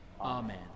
Amen